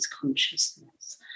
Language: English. consciousness